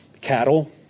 cattle